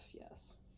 yes